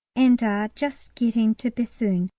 and are just getting to bethune,